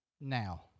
now